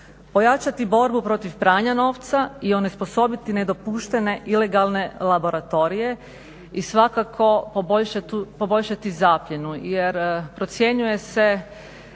pojačati borbu protiv pranja novca i onesposobiti nedopuštene ilegalne laboratorije i svakako poboljšati zapljenu jer procjenjuje se